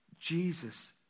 Jesus